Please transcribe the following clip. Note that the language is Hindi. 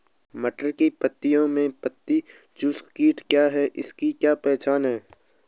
मटर की पत्तियों में पत्ती चूसक कीट क्या है इसकी क्या पहचान है?